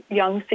young